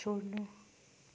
छोड्नु